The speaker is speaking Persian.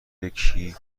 یکی